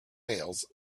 males